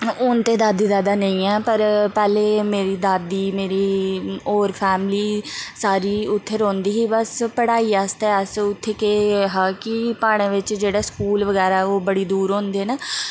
हून ते दादी दादा नेईं ऐ पर पैह्ले मेरी दादी मेरी होर फैमली सारी उत्थें रौंह्दी ही बस्स पढ़ाई आस्तै अस उत्थें केह् हा कि प्हाड़ें बिच्च जेह्ड़े स्कूल बगैरा ओह् बड़ी दूर होंदे न